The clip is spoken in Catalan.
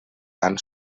han